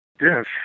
Yes